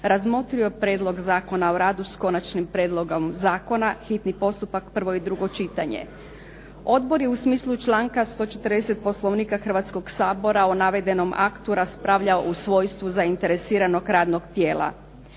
razmotrio prijedlog Zakona o radu s Konačnim prijedlogom zakona, hitni postupak, prvo i drugo čitanje. Odbor je u smislu članka 140. Poslovnika Hrvatskog sabora o navedenom aktu raspravljao u svojstvu zainteresiranog radnog tijela.